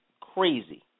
crazy